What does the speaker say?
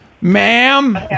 Ma'am